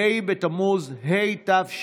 ה' בתמוז התשפ"א,